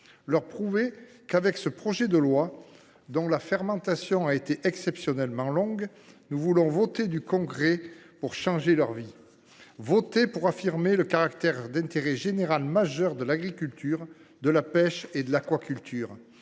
XXI siècle. Avec ce projet de loi, dont la fermentation a été exceptionnellement longue, nous voulons voter du concret pour changer leur vie ; voter pour affirmer le caractère d’intérêt général majeur de l’agriculture, de la pêche et de l’aquaculture